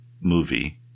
movie